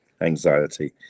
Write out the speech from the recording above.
anxiety